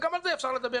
וגם על זה אפשר לדבר,